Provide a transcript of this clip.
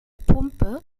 pumpe